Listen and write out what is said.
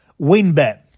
WinBet